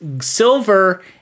silver